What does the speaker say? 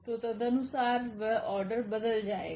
तो तदनुसार वह ऑर्डर बदल जाएगा